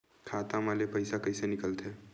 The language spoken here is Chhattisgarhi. खाता मा ले पईसा कइसे निकल थे?